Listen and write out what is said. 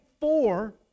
four